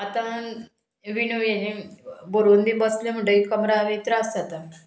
आतां विणवी बरोवन बी बसले म्हणटगीर कमरा त्रास जाता